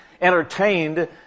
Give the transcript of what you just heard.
entertained